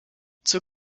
zur